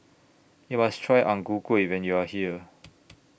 YOU must Try Ang Ku Kueh when YOU Are here